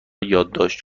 یادداشت